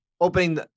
Opening